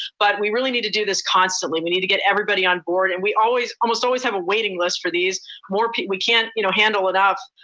but we really need to do this constantly. we need to get everybody on board and we always, almost always have a waiting list for these more. we can't you know handle enough.